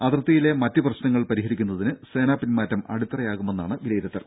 അതിർത്ഥിയിലെ മറ്റ് പ്രശ്നങ്ങൾ പരിഹരിക്കുന്നതിന് സേനാ പിൻമാറ്റം അടത്തറയാകുമെന്നാണ് വിലയിരുത്തൽ